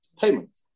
payment